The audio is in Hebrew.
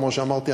כפי שאמרתי,